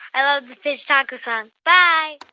i love the fish taco one. bye